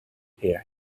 hear